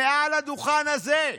מעל הדוכן הזה.